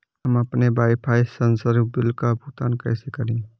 हम अपने वाईफाई संसर्ग बिल का भुगतान कैसे करें?